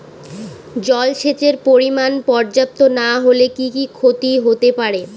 জলসেচের পরিমাণ পর্যাপ্ত না হলে কি কি ক্ষতি হতে পারে?